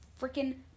freaking